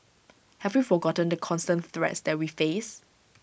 have we forgotten the constant threats that we face